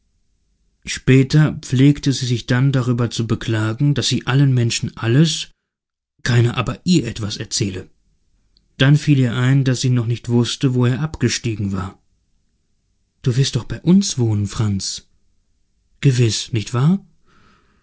später pflegte sie sich dann darüber zu beklagen daß sie allen menschen alles keiner aber ihr etwas erzähle dann fiel ihr ein daß sie noch nicht wußte wo er abgestiegen war du wirst doch bei uns wohnen franz gewiß nicht wahr